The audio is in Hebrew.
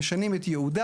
משנים את ייעודה.